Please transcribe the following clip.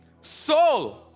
soul